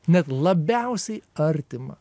net labiausiai artimą